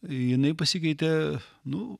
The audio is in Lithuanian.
jinai pasikeitė nu